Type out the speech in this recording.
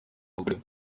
mugore